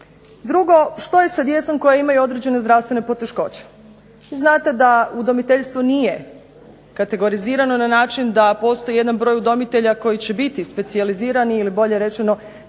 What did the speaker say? Drugo što je sa djecom koja imaju određene zdravstvene poteškoće? Vi znate da udomiteljstvo nije kategorizirano na način da postoji jedan broj udomitelja koji će biti specijalizirani, ili bolje rečeno dovoljno